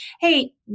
Hey